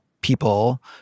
people